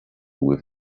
with